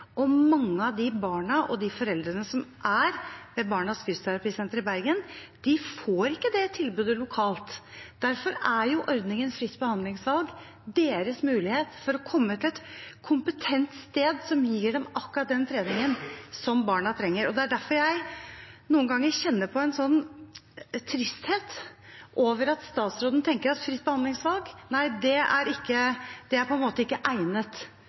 og mange av de barna og foreldrene som er ved Barnas Fysioterapisenter i Bergen, får ikke det tilbudet lokalt. Derfor er ordningen fritt behandlingsvalg deres mulighet for å komme til et kompetent sted som gir dem akkurat den treningen som barna trenger. Det er derfor jeg noen ganger kjenner på en sånn tristhet over at statsråden tenker at fritt behandlingsvalg ikke er egnet for en god helsetjeneste. Her ser vi at det er